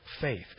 faith